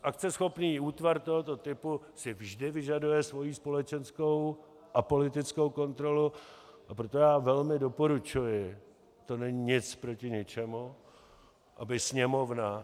Akceschopný útvar tohoto typu si vždy vyžaduje svoji společenskou a politickou kontrolu, a proto já velmi doporučuji, to není nic proti ničemu, aby Sněmovna...